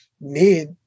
need